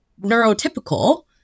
neurotypical